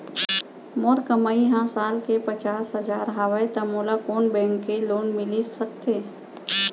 मोर कमाई ह साल के पचास हजार हवय त मोला कोन बैंक के लोन मिलिस सकथे?